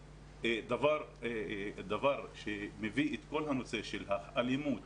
דבר שמביא את כל הנושא של האלימות